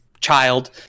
child